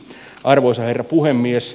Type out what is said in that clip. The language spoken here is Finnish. arvoisa herra puhemies